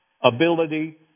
ability